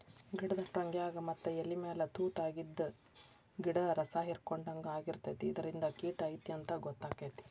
ಗಿಡದ ಟ್ವಂಗ್ಯಾಗ ಮತ್ತ ಎಲಿಮ್ಯಾಲ ತುತಾಗಿದ್ದು ಗಿಡ್ದ ರಸಾಹಿರ್ಕೊಡ್ಹಂಗ ಆಗಿರ್ತೈತಿ ಇದರಿಂದ ಕಿಟ ಐತಿ ಅಂತಾ ಗೊತ್ತಕೈತಿ